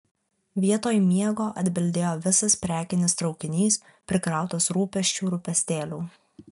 vietoj miego atbildėjo visas prekinis traukinys prikrautas rūpesčių rūpestėlių